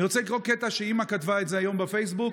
אני רוצה לקרוא קטע שאימא כתבה היום בפייסבוק.